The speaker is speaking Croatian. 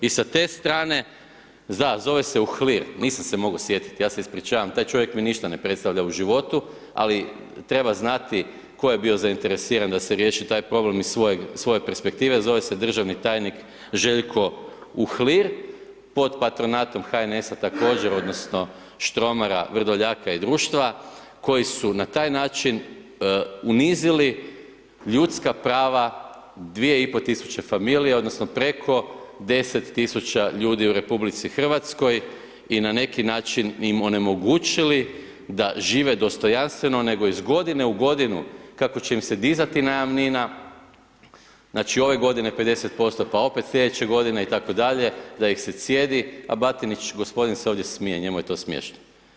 I sa te strane, da zove se Uhlir nisam se mogo sjetiti ja se ispričavam taj čovjek mi ništa ne predstavlja u životu, ali treba znati tko je bio zainteresiran da se riješi taj problem iz svoje perspektive a zove se državni tajnik Željko Uhlir, pod patronatom HNS-a također odnosno Štromara, Vrdoljaka i društva koji su na taj način unizili ljudska prava 2.500 familija odnosno preko 10.000 ljudi u RH i na neki način im onemogućili da žive dostojanstveno nego iz godine u godinu kako će im se dizati najamnina, znači ove godine 50%, pa opet slijedeće godine itd., da ih se cijedi, a Batinić gospodin se ovdje smije njemu je to smiješno.